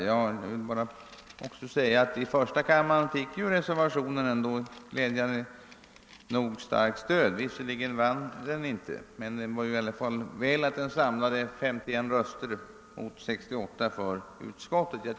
Jag vill endast tillägga att reservationen glädjande nog fick ett starkt stöd i första kammaren; den samlade 51 röster mot 68 för utskottets förslag.